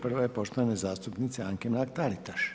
Prva je poštovane zastupnice Anke Mrak-Taritaš.